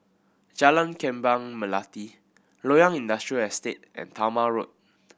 Jalan Kembang Melati Loyang Industrial Estate and Talma Road